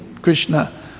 Krishna